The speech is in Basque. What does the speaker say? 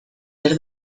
zer